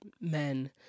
men